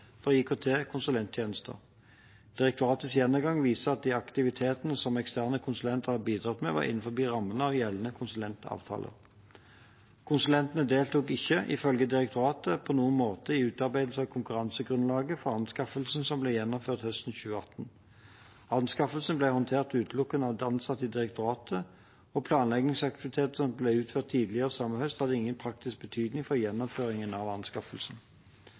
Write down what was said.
Direktoratets gjennomgang viser at de aktivitetene som eksterne konsulenter har bidratt med, var innenfor rammene av gjeldende konsulentavtaler. Konsulentene deltok ikke, ifølge direktoratet, på noen måte i utarbeidelsen av konkurransegrunnlaget for anskaffelsen som ble gjennomført høsten 2018. Anskaffelsen ble håndtert utelukkende av ansatte i direktoratet, og planleggingsaktivitetene som ble utført tidligere samme høst, hadde ingen praktisk betydning for gjennomføringen av anskaffelsen.